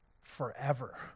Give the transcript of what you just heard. forever